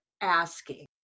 asking